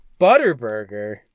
Butterburger